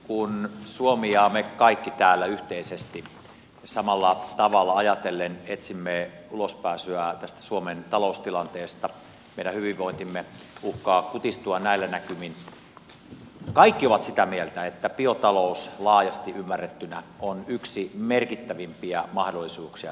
kun suomi ja me kaikki täällä yhteisesti samalla tavalla ajatellen etsimme ulospääsyä tästä suomen taloustilanteesta meidän hyvinvointimme uhkaa kutistua näillä näkymin kaikki ovat sitä mieltä että biotalous laajasti ymmärrettynä on yksi merkittävimpiä mahdollisuuksia tässä